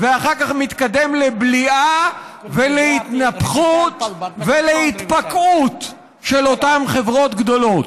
ואחר כך מתקדם לבליעה ולהתנפחות ולהתפקעות של אותן חברות גדולות.